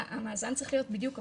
המאזן צריך להיות בדיוק הפוך.